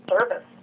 service